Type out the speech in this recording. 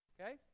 Okay